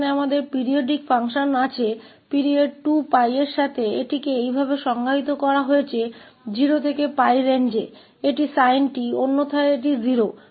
यहां फिर से हमारे पास अवधि 2𝜋 के साथ आवधिक कार्य है और इसे परिभाषित किया गया है कि 0 से 𝜋 की सीमा में यह sin 𝑡 है अन्यथा यह 0 है